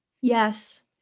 Yes